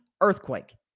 earthquake